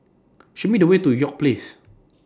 Show Me The Way to York Place